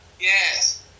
Yes